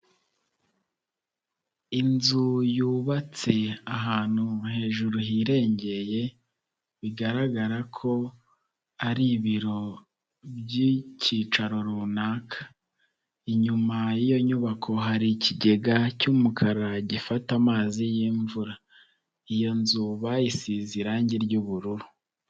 Inzu yubatse ahantu hejuru hirengeye, bigaragara ko ari ibiro by'icyicaro runaka, inyuma y'iyo nyubako hari ikigega cy'umukara gifata amazi y'imvura, iyo nzu bayisize irange ry'ubururu.